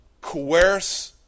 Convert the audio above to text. coerce